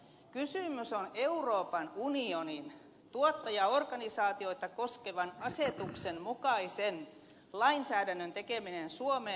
kysymys on euroopan unionin tuottajaorganisaatioita koskevan asetuksen mukaisen lainsäädännön tekemisestä suomeen